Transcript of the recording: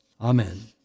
Amen